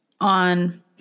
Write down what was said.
on